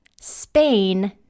Spain